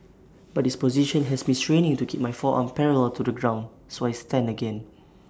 but this position has me straining to keep my forearm parallel to the ground so I stand again